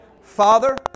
Father